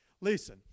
Listen